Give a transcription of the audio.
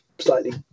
slightly